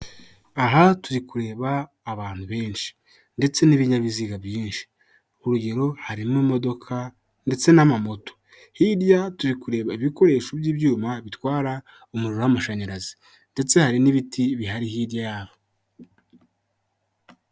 Aha turi kureba abantu benshi ndetse n'ibinyabiziga byinshi, urugero harimo imodoka ndetse n'amamoto hirya turi kureba ibikoresho by'ibyuma bitwara umuriro w'amashanyarazi ndetse hari n'ibiti bihari hirya yaho.